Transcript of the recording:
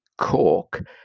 Cork